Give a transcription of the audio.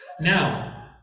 Now